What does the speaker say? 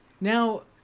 Now